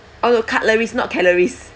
oh cutleries not calories